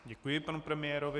Děkuji panu premiérovi.